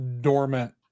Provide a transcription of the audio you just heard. dormant